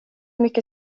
mycket